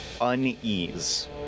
unease